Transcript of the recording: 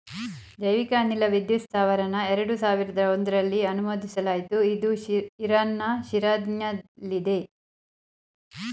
ಜೈವಿಕ ಅನಿಲ ವಿದ್ಯುತ್ ಸ್ತಾವರನ ಎರಡು ಸಾವಿರ್ದ ಒಂಧ್ರಲ್ಲಿ ಅನುಮೋದಿಸಲಾಯ್ತು ಇದು ಇರಾನ್ನ ಶಿರಾಜ್ನಲ್ಲಿದೆ